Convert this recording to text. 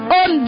on